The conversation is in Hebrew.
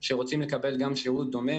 שגם הם רוצים לקבל גם שירות דומה,